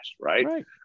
Right